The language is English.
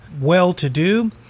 well-to-do